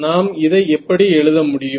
நாம் இதை எப்படி எழுத முடியும்